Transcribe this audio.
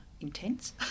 intense